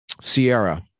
Sierra